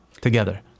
together